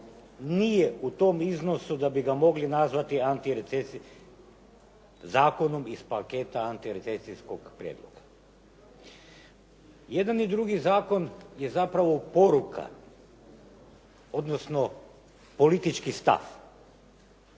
nije u tom iznosu da bi ga mogli nazvati zakonom iz paketa antirecesijskog prijedloga. Jedan i drugi zakon je zapravo poruka, odnosno politički stav,